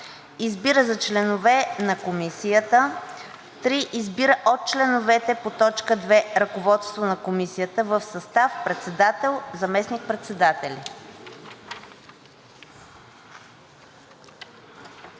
Избира за членове на Комисията: … 3. Избира от членовете по т. 2 ръководство на Комисията в състав: Председател: … Заместник-председатели: